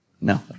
No